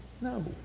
No